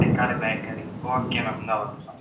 தெக்காட bakery okay ma'am இந்தா ஒரு நிமிடம்